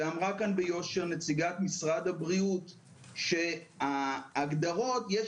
ואמרה כאן ביושר נציגת משרד הבריאות שההגדרות יש